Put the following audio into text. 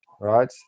Right